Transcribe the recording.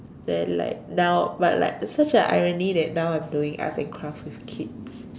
then like now but like it's such a irony that now I'm doing arts and craft with kids